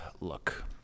look